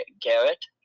Garrett